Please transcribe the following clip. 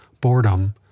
boredom